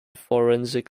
forensic